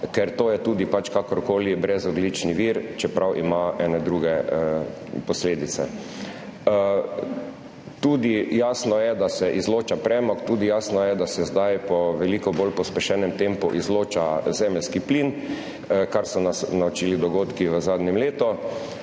ker je to pač tudi brezogljični vir, čeprav ima ene druge posledice. Jasno je tudi, da se izloča premog, jasno je tudi, da se zdaj po veliko bolj pospešenem tempu izloča zemeljski plin, kar so nas naučili dogodki v zadnjem letu,